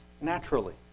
naturally